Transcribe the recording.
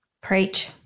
Preach